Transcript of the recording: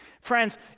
Friends